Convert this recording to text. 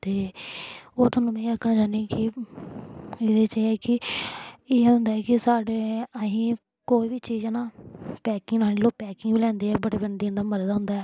ते होर तोहानूं मे एह् आखना चाह्न्नीं कि एह्दे च एह् ऐ कि इ'यां होंदा ऐ कि साढे आहीं कोई बी चीज ना पैकिंग लानी लोग पैकिंग बी लैंदे ऐ बड़े बड़े दिन दा मरे दा होंदा ऐ